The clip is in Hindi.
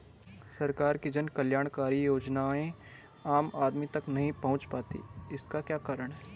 सरकार की जन कल्याणकारी योजनाएँ आम आदमी तक नहीं पहुंच पाती हैं इसका क्या कारण है?